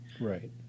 Right